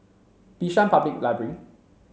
Bishan Public Library